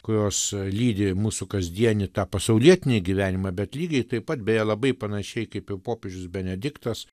kurios lydi mūsų kasdieninį tą pasaulietinį gyvenimą bet lygiai taip pat beje labai panašiai kaip jau popiežius benediktas tas